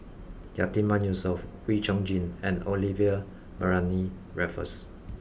Yatiman Yusof Wee Chong Jin and Olivia Mariamne Raffles